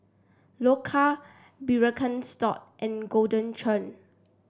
Loacker Birkenstock and Golden Churn